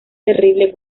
terrible